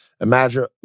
Imagine